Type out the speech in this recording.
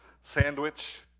Sandwich